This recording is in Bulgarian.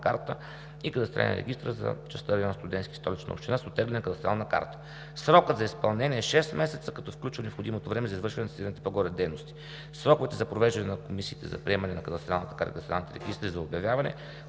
карта и кадастрален регистър за частта район „Студентски“, Столична община, с оттеглена кадастрална карта. Срокът за изпълнение е шест месеца, като включва необходимото време за извършване на цитираните по-горе дейности. Сроковете за провеждане на комисиите за приемане на кадастралната карта и кадастралните регистри за обявяване,